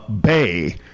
Bay